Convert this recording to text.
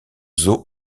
zoo